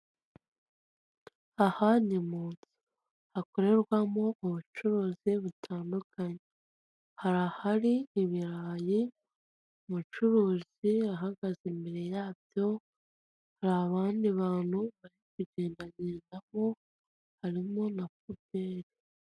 Aha ni munzu hakorerwamo ubucuruzi butandukanye. Hari ahari ibirayi, umucuruzi ahagaze imbere yabyo, hari abandi bantu bari kugendagendamo, harimo na pubeli.